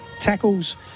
tackles